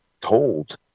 told